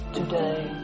today